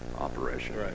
operation